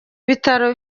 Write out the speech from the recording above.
bitaro